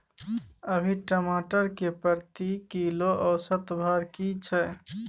अभी टमाटर के प्रति किलो औसत भाव की छै?